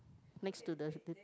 next to the